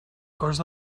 cost